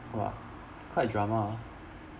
!wah! quite drama ah